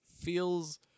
feels